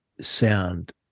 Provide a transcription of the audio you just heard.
sound